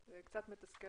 זה קצת מתסכל